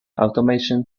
automation